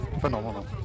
phenomenal